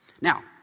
Now